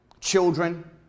children